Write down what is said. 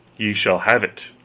ye shall have it.